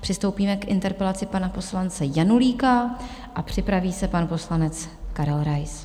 Přistoupíme k interpelaci pana poslance Janulíka a připraví se pan poslanec Karel Rais.